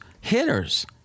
hitters